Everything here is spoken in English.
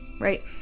right